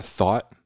thought